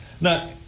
Now